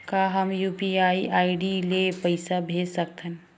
का हम UPI ID ले पईसा भेज सकथन?